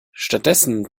stattdessen